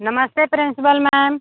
नमस्ते principal ma'am